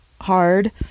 hard